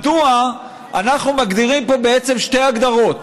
מדוע אנחנו מגדירים פה בעצם שתי הגדרות: